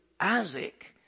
Isaac